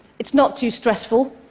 it's not too stressful.